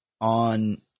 on